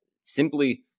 simply